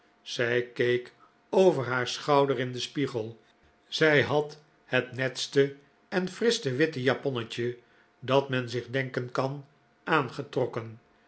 zij keek over haar schouder in den spiegel zij had het netste en frischte witte japonnetje dat men zich denken kan aangetrokken